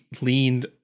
leaned